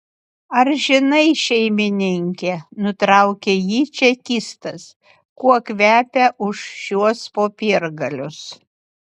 ar žinai šeimininke nutraukė jį čekistas kuo kvepia už šiuos popiergalius